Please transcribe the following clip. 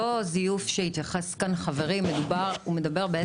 אותו זיוף שהתייחס אליו כאן חברי מדבר על